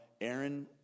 Aaron